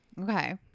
Okay